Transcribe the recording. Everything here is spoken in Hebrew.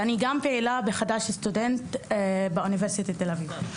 ואני גם פעילה בחד"ש סטודנט באוניברסיטת תל אביב.